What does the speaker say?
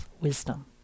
wisdom